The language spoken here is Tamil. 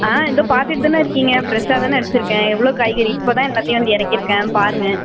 ஆ இதோ பார்த்துட்தானே இருக்கிங்க ஃப்ரெஷ்ஷாக தானே வச்சிருக்கேன் எவ்வளோ காய்கறி இப்போ தான் எல்லாத்தையும் வந்து இறக்கிருக்கேன் பாருங்கள்